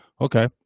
okay